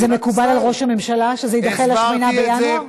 וזה מקובל על ראש הממשלה שזה יידחה ל-8 בינואר?